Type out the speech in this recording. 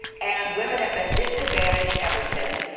and women have been disadvantaged ever since.